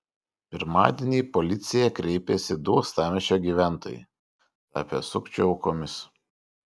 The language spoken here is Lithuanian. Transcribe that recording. pirmadienį į policiją kreipėsi du uostamiesčio gyventojai tapę sukčių aukomis